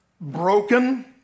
broken